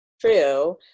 true